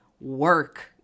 work